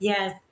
Yes